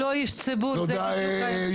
הוא לא איש ציבור, זה בדיוק ההבדל.